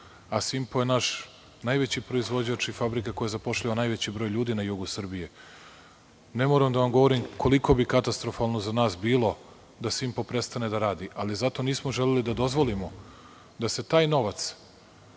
a „Simpo“ je naš najveći proizvođač i fabrika koja zapošljava najveći broj ljudi na jugu Srbije. Ne moram da vam govorim koliko bi katastrofalno za nas bilo da „Simpo“ prestane da radi, ali zato nismo želeli da dozvolimo da se taj novac,